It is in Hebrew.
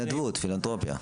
התנדבות, פילנתרופיה.